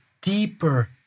deeper